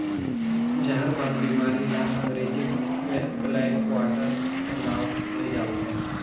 जहरबाद बेमारी ल अंगरेजी में ब्लैक क्वार्टर के नांव ले जानथे